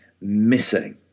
missing